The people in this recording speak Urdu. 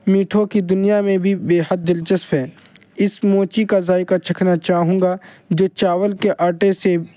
میٹھوں کی دنیا میں بھی بے حد دلچسپ ہے اس موچی کا ذائقہ چکھنا چاہوں گا جو چاول کے آٹے سے